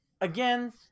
again